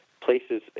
places